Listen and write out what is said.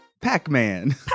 pac-man